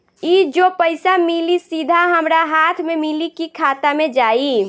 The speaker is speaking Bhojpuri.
ई जो पइसा मिली सीधा हमरा हाथ में मिली कि खाता में जाई?